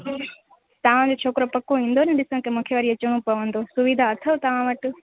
तव्हांजो छोकिरो पको ईंदो न ॾिसण की मूंखे वरी अचिणो पवंदो सुविधा अथव तव्हां वटि